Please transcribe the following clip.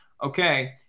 okay